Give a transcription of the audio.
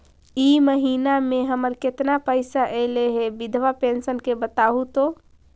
इ महिना मे हमर केतना पैसा ऐले हे बिधबा पेंसन के बताहु तो?